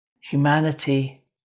humanity